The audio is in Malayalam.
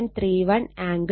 31 ആംഗിൾ 31